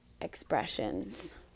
expressions